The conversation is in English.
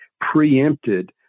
preempted